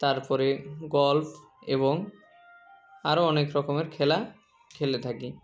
তারপরে গল্ফ এবং আরও অনেক রকমের খেলা খেলে থাকি